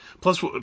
Plus